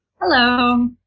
Hello